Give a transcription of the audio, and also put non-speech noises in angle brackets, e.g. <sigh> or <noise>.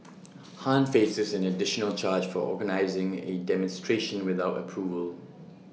<noise> han faces an additional charge for organising A demonstration without approval